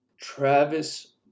Travis